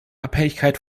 abhängigkeit